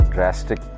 Drastic